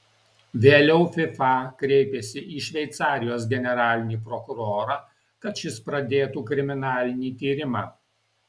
vėliau fifa kreipėsi į šveicarijos generalinį prokurorą kad šis pradėtų kriminalinį tyrimą